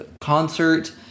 concert